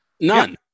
None